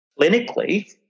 Clinically